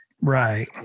right